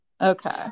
Okay